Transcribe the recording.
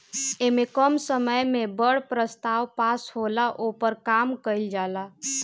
ऐमे कम समय मे बड़ प्रस्ताव पास होला, ओपर काम कइल जाला